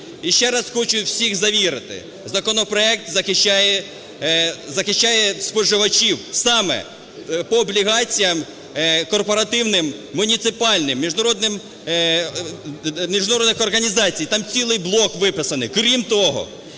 І ще раз хочу всіх завірити: законопроект захищає споживачів саме по облігаціям корпоративним муніципальним міжнародних організацій, там цілий блок виписаний. Крім того,